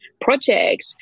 project